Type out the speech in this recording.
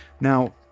Now